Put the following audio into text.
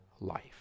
life